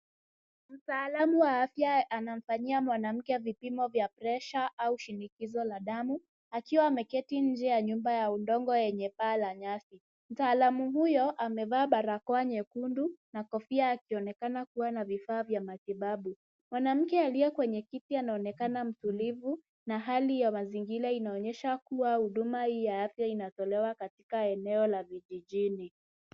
Mtaalamu wa afya anamfanyia mwanamke vipimo vya pressure au shinikizo la damu akiwa ameketi nje ya nyumba ya udongo yenye paa la nyasi. Mtaalamu huyo amevaa barakoa nyekundu na kofia, akionekana kuwa na vifaa vya matibabu. Mwanamke aliye kwenye kiti anaonekana mtulivu. Na hali ya mazingira inaonyesha kuwa huduma hii inatolewa katika eneo la vijijini.